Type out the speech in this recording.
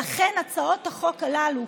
ולכן הצעות החוק הללו,